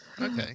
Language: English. Okay